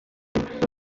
episode